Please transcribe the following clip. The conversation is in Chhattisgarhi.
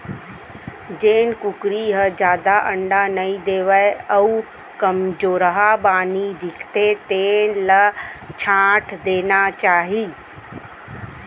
जेन कुकरी ह जादा अंडा नइ देवय अउ कमजोरहा बानी दिखथे तेन ल छांट देना चाही